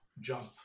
jump